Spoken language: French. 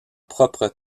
propre